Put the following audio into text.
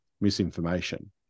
misinformation